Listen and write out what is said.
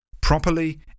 Properly